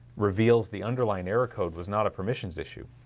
reveals, the underlying error code was not a permissions issue.